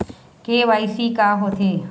KYC का होथे?